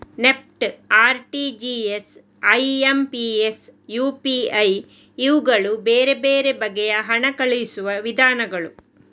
NEFT, RTGS, IMPS, UPI ಇವುಗಳು ಬೇರೆ ಬೇರೆ ಬಗೆಯ ಹಣ ಕಳುಹಿಸುವ ವಿಧಾನಗಳು